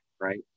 right